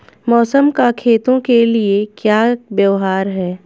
मौसम का खेतों के लिये क्या व्यवहार है?